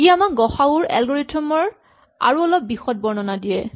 ই আমাক গ সা উ ৰ এলগৰিথম ৰ আৰু অলপ বিশদ বিৱৰণ দিয়ে